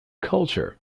culture